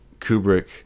Kubrick